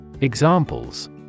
Examples